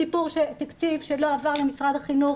סיפור שתקציב שלא עבר למשרד החינוך